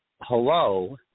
Hello